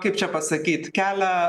čia pasakyt kelia